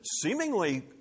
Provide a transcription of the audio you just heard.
seemingly